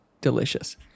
delicious